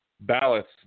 ballots